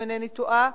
אם אינני טועה,